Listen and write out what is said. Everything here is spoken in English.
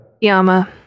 Yama